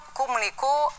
comunicou